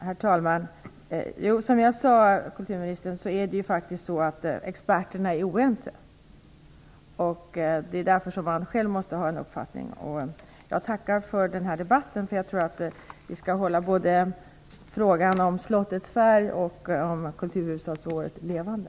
Herr talman! Som jag sade, kulturministern, är experterna faktiskt oense. Det är därför man själv måste ha en uppfattning. Jag tackar för debatten. Jag tror att vi skall hålla både frågan om Slottets färg och frågan om kulturhuvudstadsåret levande.